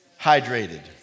hydrated